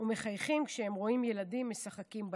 ומחייכים כשהם רואים ילדים משחקים בים,